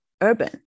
urban